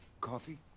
Coffee